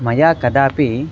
मया कदापि